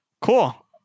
Cool